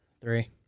Three